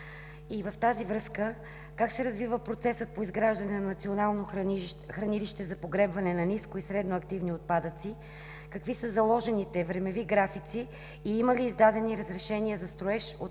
И в тази връзка. Как се развива процесът по изграждане на Националното хранилище за погребване на ниско и средно активни отпадъци? Какви са заложените времеви графици и има ли издадени разрешения за строеж от